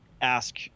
ask